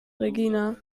regina